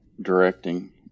directing